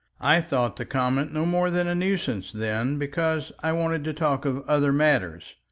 i thought the comet no more than a nuisance then because i wanted to talk of other matters.